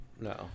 no